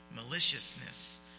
maliciousness